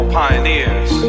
pioneers